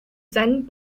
seinen